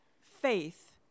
faith